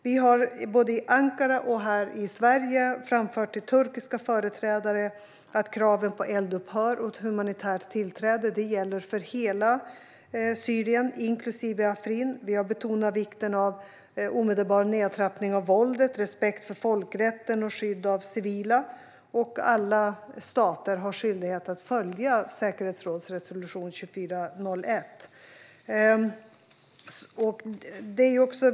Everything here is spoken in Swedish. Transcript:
Vi har både i Ankara och här i Sverige till turkiska företrädare framfört att kraven på eldupphör och ett humanitärt tillträde gäller för hela Syrien, inklusive Afrin. Vi har betonat vikten av en omedelbar nedtrappning av våldet, respekt för folkrätten och skydd av civila. Och alla stater har skyldighet att följa säkerhetsrådets resolution 2401.